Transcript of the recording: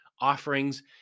offerings